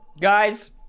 Guys